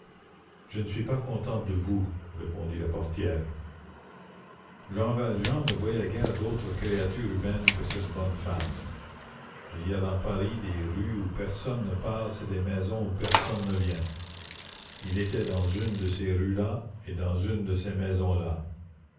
je ne suis pas contente de vous répondit la portière jean valjean ne voyait guère d'autre créature humaine que cette bonne femme il y a dans paris des rues où personne ne passe et des maisons où personne ne vient il était dans une de ces rues là et dans une de ces maisons-là